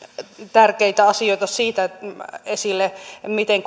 tärkeitä asioita esille siitä miten